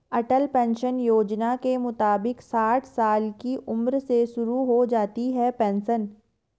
अटल pension योजना के मुताबिक साठ साल की उम्र में शुरू हो सकती है पेंशन